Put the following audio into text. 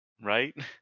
right